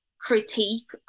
critique